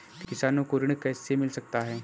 किसानों को ऋण कैसे मिल सकता है?